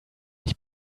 ich